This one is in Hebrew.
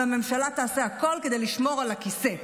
והממשלה תעשה הכול כדי לשמור על הכיסא.